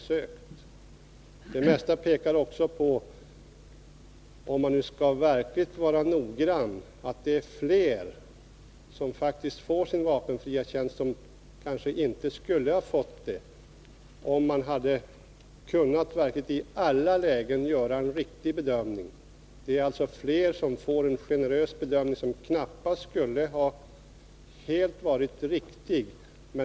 Det frilagen mesta pekar på — om man verkligen noggrant undersöker saken — att det faktiskt är fler som får vapenfri tjänst än som egentligen skulle ha fått det, om man i alla lägen hade kunnat göra en riktig bedömning. Det är alltså fler som får en generös bedömning, som tidigare knappast hade betecknats som riktig.